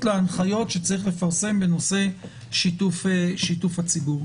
להנחיות שיש לפרסם בנושא שיתוף הציבור.